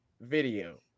video